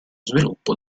sviluppo